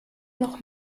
noch